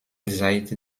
seit